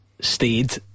stayed